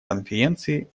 конференции